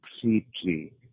completely